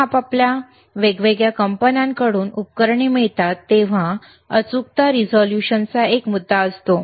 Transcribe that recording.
जेव्हा आपल्याला वेगवेगळ्या कंपन्यांकडून उपकरणे मिळतात तेव्हा अचूकता रिझोल्यूशनचा एक मुद्दा असतो